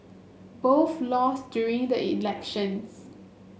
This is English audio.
both lost during the elections